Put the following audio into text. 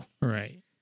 Right